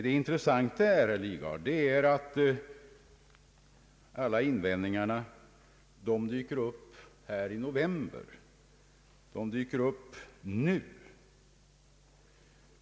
Det intressanta, herr Lidgard, är att alla invändningarna dyker upp i november.